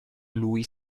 lui